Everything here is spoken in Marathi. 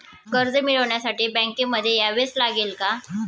कर्ज मिळवण्यासाठी बँकेमध्ये यावेच लागेल का?